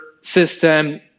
system